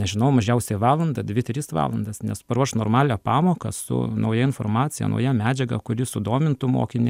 nežinau mažiausiai valandą dvi tris valandas nes paruošt normalią pamoką su nauja informacija nauja medžiaga kuri sudomintų mokinį